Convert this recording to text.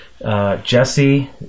Jesse